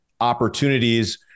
opportunities